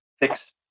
fix